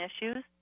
issues